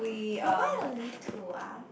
by why only two ah